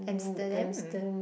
Amsterdam